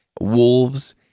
wolves